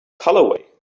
colorway